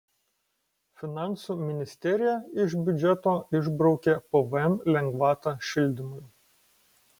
finansų ministerija iš biudžeto išbraukė pvm lengvatą šildymui